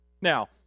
Now